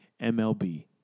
MLB